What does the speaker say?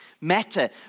matter